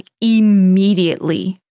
immediately